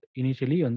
initially